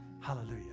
hallelujah